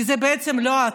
כי זה בעצם לא אתה,